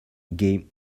game